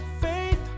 faith